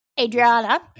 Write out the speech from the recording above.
Adriana